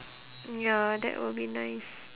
ya that will be nice